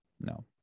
No